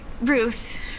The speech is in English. Ruth